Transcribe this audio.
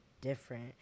different